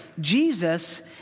Jesus